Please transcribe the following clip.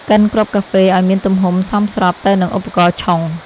កិនគ្រាប់កាហ្វេឱ្យមានទំហំសមស្របទៅនឹងឧបករណ៍ឆុង។